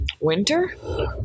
Winter